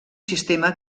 sistema